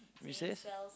recess